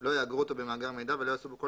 לא יאגרו אותו במאגר מידע ולא יעשו בו כל